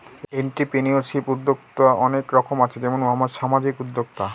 entrepreneurship উদ্যক্তা অনেক রকম আছে যেমন সামাজিক উদ্যোক্তা